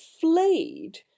flayed